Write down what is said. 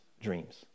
dreams